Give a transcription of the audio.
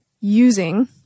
using